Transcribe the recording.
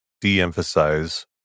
de-emphasize